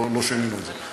לא שינינו את זה,